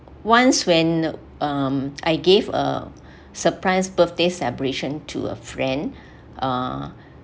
once when um I gave a surprise birthday celebration to a friend uh